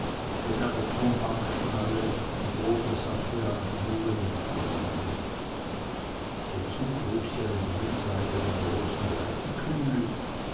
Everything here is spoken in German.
mit einer tombakschnalle und rote saffianschuhe mit fransen besetzt dazu trug sie einen grünseidenen großen